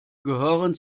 gehören